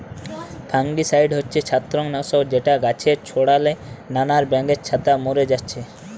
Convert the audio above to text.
fungicide হচ্ছে ছত্রাক নাশক যেটা গাছে ছোড়ালে নানান ব্যাঙের ছাতা মোরে যাচ্ছে